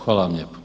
Hvala vam lijepo.